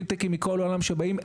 פינטקים שבאים מכל העולם,